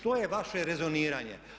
To je vaše rezoniranje.